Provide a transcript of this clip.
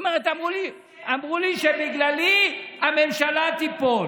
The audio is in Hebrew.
היא אומרת לי: אמרו לי שבגללי הממשלה תיפול.